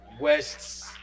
West